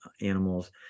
animals